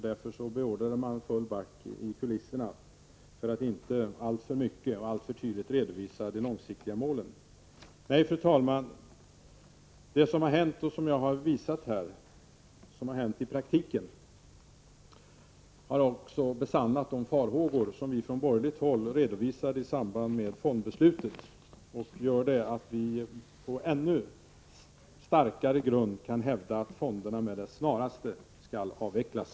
Därför beordrades man snabbt tillbaka till kulisserna för att inte alltför tydligt redovisa de långsiktiga målen. Nej, fru talman, det som har hänt i praktiken, vilket jag har redogjort för, har besannat de farhågor som vi från borgerligt håll redovisade i samband med fondbeslutet. Det gör att vi på ännu starkare grund kan hävda att fonderna med det snaraste skall avvecklas.